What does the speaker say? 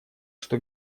что